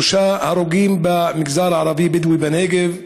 שלושה הרוגים במגזר הערבי הבדואי בנגב,